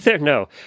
No